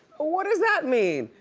what does that mean?